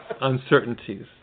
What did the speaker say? uncertainties